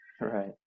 right